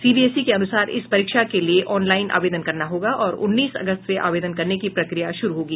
CBSE के अनुसार इस परीक्षा के लिए ऑनलाइन आवेदन करना होगा और उन्नीस अगस्त से आवेदन करने की प्रक्रिया शुरू होगी